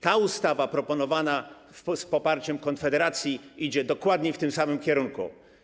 Ta ustawa proponowana z poparciem Konfederacji idzie dokładnie w tym samym kierunku.